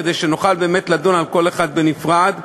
כדי שנוכל באמת לדון על כל אחת בנפרד.